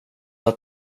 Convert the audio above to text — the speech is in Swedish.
att